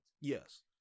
Yes